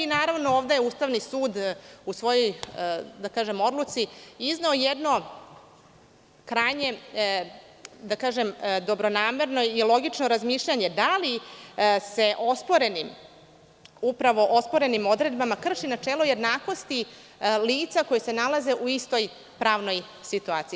Naravno, ovde je Ustavni sud u svojoj, da kažem, odluci, izneo jedno krajnje dobronamerno i logično razmišljanje da li se osporenim odredbama krši načelo jednakosti lica koje se nalaze u istoj pravnoj situaciji.